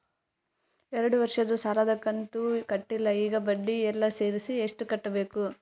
ಎರಡು ವರ್ಷದ ಸಾಲದ ಕಂತು ಕಟ್ಟಿಲ ಈಗ ಬಡ್ಡಿ ಎಲ್ಲಾ ಸೇರಿಸಿ ಎಷ್ಟ ಕಟ್ಟಬೇಕು?